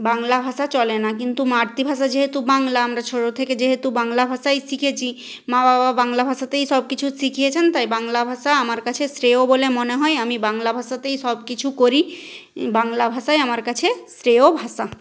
বাংলা ভাষা চলে না কিন্তু মাতৃভাষা যেহেতু বাংলা আমরা ছোটো থেকে যেহেতু বাংলা ভাষাই শিখেছি মা বাবা বাংলা ভাষাতেই সব কিছু শিখিয়েছেন তাই বাংলা ভাষা আমার কাছে শ্রেয় বলে মনে হয় আমি বাংলা ভাষাতেই সব কিছু করি বাংলা ভাষাই আমার কাছে শ্রেয় ভাষা